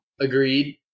Agreed